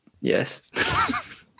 Yes